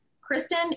Kristen